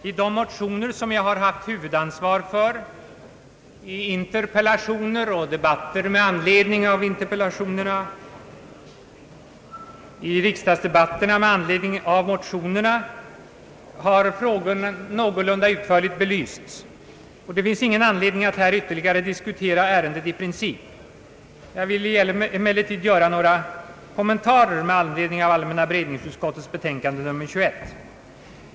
I de framställningar som jag har haft huvudansvaret för — i interpellationer och debatter med anledning av interpellationerna, i =: riksdagsdebatterna med anledning av motionerna — har frågorna någorlunda utförligt belysts. Det finns därför ingen anledning att här ytterligare diskutera ärendet i princip. Jag vill emellertid göra några kommentarer med anledning av allmänna beredningsutskottets utlåtande nr 21.